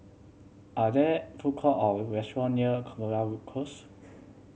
are there food court or restaurant near Close